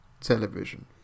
television